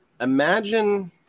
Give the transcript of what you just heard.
imagine